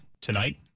Tonight